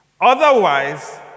Otherwise